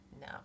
No